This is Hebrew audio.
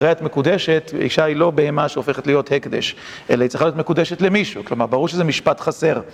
הרי את מקודשת, אישה היא לא בהמה שהופכת להיות הקדש, אלא היא צריכה להיות מקודשת למישהו. כלומר, ברור שזה משפט חסר.